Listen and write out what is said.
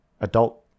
adult